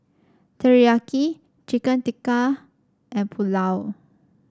Teriyaki Chicken Tikka and Pulao